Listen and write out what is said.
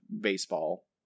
baseball